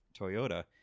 Toyota